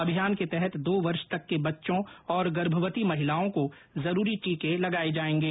अभियान के तहत दो वर्ष तक के बच्चों और गर्भवती महिलाओं को जरूरी टीके लगाये जायेंगे